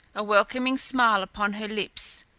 a welcoming smile upon her lips.